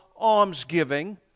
almsgiving